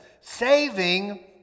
Saving